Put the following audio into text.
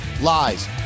Lies